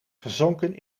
gezonken